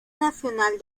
nacional